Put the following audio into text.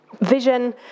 vision